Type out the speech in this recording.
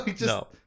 No